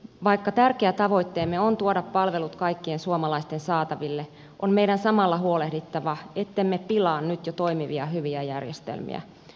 vaikka tärkeä tavoitteemme on tuoda palvelut kaikkien suomalaisten saataville on meidän samalla huolehdittava ettemme pilaa nyt jo toimivia hyviä järjestelmiä